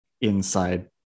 inside